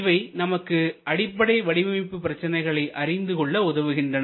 இவை நமக்கு அடிப்படை வடிவமைப்பு பிரச்சனைகளை அறிந்து கொள்ள உதவுகின்றன